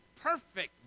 perfect